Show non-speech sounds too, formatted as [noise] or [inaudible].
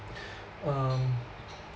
[breath] um